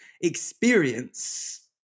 experience